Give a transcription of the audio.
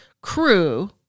crew